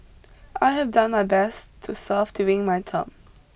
I have done my best to serve during my term